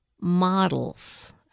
models